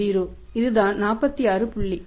30 இதுதான் 46 புள்ளி